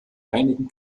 einigen